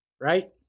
right